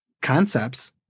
concepts